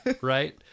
right